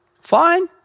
Fine